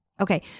Okay